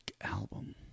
Album